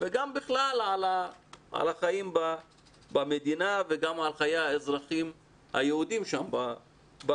וגם בכלל על החיים במדינה וגם על חיי האזרחים היהודים באזור.